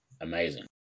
amazing